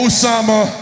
Osama